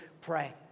pray